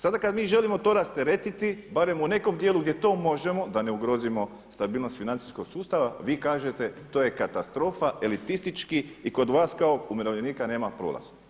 Sada kada mi želimo to rasteretiti barem u nekom dijelu gdje to možemo da ne ugrozimo stabilnost financijskog sustava, vi kažete to je katastrofa elitistički i kod vas kao umirovljenika nema prolaz.